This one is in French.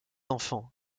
enfant